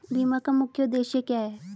बीमा का मुख्य उद्देश्य क्या है?